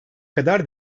kadar